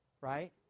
right